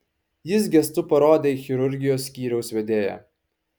jis gestu parodė į chirurgijos skyriaus vedėją